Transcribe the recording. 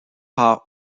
part